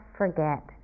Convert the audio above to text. forget